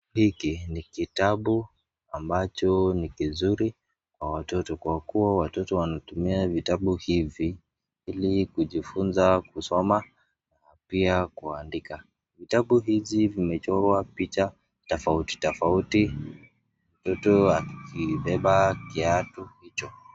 Hili ni kitabu ambacho ni kizuri kwa watoto kwa kuwa watoto wanatumia vitabu hivi ili kujifunza kusoma na pia kuandika. Vitabu hivi vimechorwa pivha tofauti tofauti. Mtoto alibeba kitabu hicho.